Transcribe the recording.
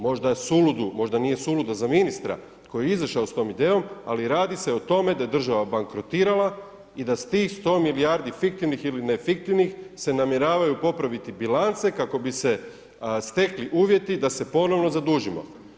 Možda nije suluda za ministra koji je izašao s tom idejom, ali radi se o tome da je država bankrotirala i da sa tih 100 milijardi fiktivnih ili ne fiktivnih se namjeravaju popraviti bilance kako bi se stekli uvjeti da se ponovno zadužimo.